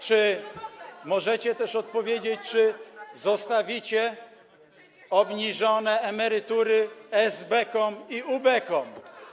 Czy możecie też odpowiedzieć, czy zostawicie obniżone emerytury esbekom i ubekom?